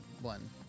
one